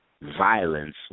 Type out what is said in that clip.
violence